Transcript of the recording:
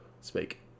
speak